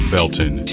Belton